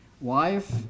wife